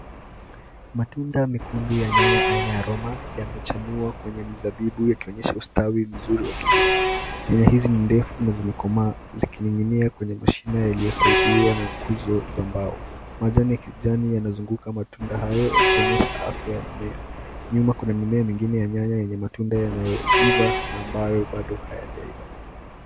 Matunda mekundu ya nyanya aina Roma yamechanua kwenye mzabibu yakionyesha ustawi mzuri wa kilimo. Nyanya hizi nindefu na zimekoma zikining'inia kwenye mashina yaliyosaidiwa na nguzo za mbao. Majani ya kijani yanazunguka matunda hayo yakionyesha afya ya mimea. Nyuma kuna mimea mingine ya nyanya yenye matunda yanayoiva na ambayo bado hayaja.